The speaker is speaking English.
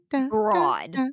Broad